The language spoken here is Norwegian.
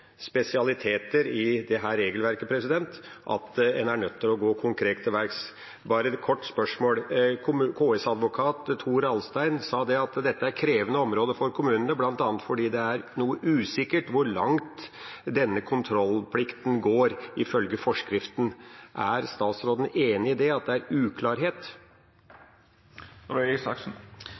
spesialiteter i dette regelverket at en er nødt til å gå konkret til verks. Bare et kort spørsmål: KS-advokat Tor Allstrin sa at dette er et krevende område for kommunene, bl.a. fordi det er noe usikkert hvor langt denne kontrollplikten går ifølge forskriften. Er statsråden enig i at det er uklarhet?